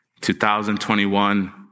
2021